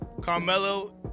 Carmelo